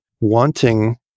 wanting